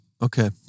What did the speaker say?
Okay